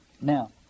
Now